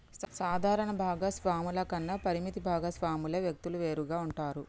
సాధారణ భాగస్వామ్యాల కన్నా పరిమిత భాగస్వామ్యాల వ్యక్తులు వేరుగా ఉంటారు